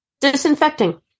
disinfecting